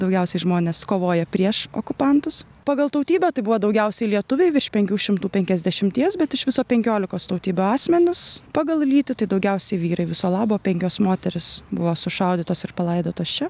daugiausiai žmonės kovoję prieš okupantus pagal tautybę tai buvo daugiausiai lietuviai virš penkių šimtų penkiasdešimties bet iš viso penkiolikos tautybių asmenys pagal lytį tai daugiausiai vyrai viso labo penkios moterys buvo sušaudytos ir palaidotos čia